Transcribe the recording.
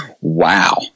wow